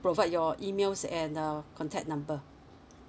provide your emails and uh contact number